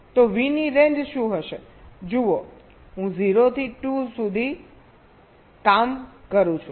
તો V ની range શું હશે જુઓ હું 0 થી T સુધી કામ કરું છું